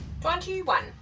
Twenty-one